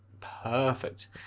Perfect